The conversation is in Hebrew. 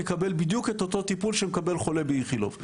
יקבל בדיוק את אותו טיפול שמקבל חולה באיכילוב,